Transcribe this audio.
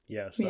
Yes